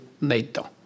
NATO